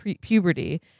puberty